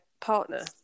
partner